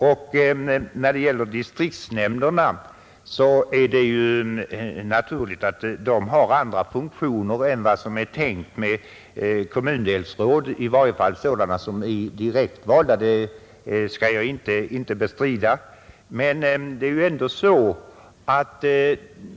Att distriktsnämnderna har andra funktioner än kommundelsråden — i varje fall sådana som är direktvalda — är naturligt, och det skall jag inte bestrida.